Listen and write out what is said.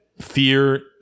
fear